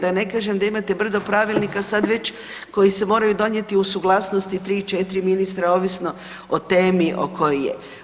Da ne kažem da imate brdo pravilnika sad već koji se moraju donijeti uz suglasnosti 3-4 ministra ovisno o temi o kojoj je.